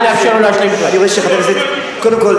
קודם כול,